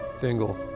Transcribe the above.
Dingle